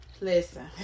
listen